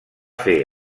fer